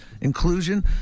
inclusion